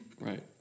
Right